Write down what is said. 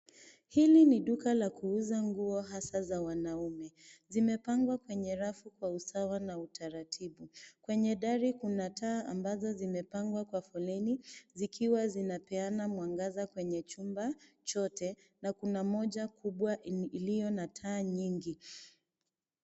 Hili ni duka la kuuza nguo hasa za wanaume. Zimepangwa kwenye rafu kwa usawa na utaratibu. Kwenye dari kuna taa ambazo zimepangwa kwa foleni zikiwa zinapeana mwangaza kwenye chumba chote na kuna moja kubwa iliyo na taa nyingi.